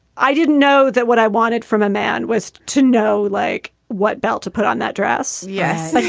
i didn't know that what i wanted from a man was to know like what belt to put on that dress. yes.